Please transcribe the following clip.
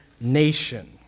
nation